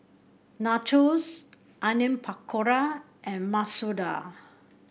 Nachos Onion Pakora and Masoor Dal